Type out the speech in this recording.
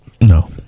No